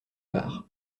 var